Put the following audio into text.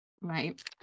Right